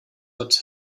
hat